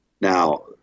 Now